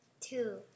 Two